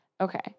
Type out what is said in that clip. okay